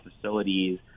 facilities